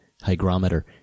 Hygrometer